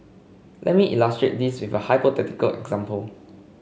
let me illustrate this with a hypothetical example